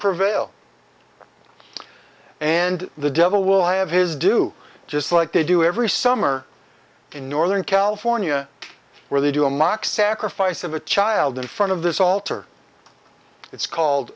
prevail and the devil will have his due just like they do every summer in northern california where they do a mock sacrifice of a child in front of this altar it's called